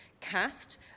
cast